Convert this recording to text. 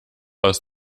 aus